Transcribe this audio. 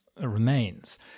remains